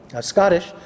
Scottish